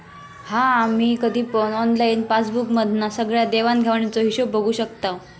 हा आम्ही कधी पण ऑनलाईन पासबुक मधना सगळ्या देवाण घेवाणीचो हिशोब बघू शकताव